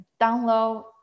download